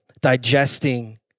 Digesting